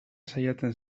saiatzen